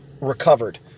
recovered